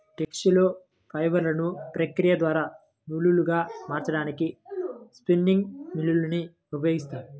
textile ఫైబర్లను ప్రక్రియ ద్వారా నూలులాగా మార్చడానికి స్పిన్నింగ్ మ్యూల్ ని ఉపయోగిస్తారు